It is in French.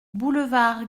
boulevard